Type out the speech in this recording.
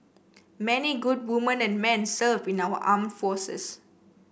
many good women and men serve in our armed forces